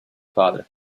padre